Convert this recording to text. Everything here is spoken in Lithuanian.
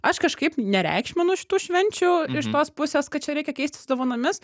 aš kažkaip nereikšminu šitų švenčių iš tos pusės kad čia reikia keistis dovanomis